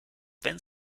wenn